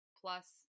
plus